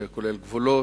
זה כולל גבולות,